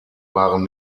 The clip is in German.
waren